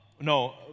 No